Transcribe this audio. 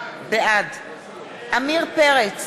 בעד עמיר פרץ,